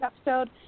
episode